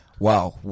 wow